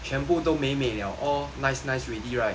全部都美美了 all nice nice already right